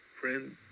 Friend